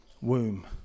womb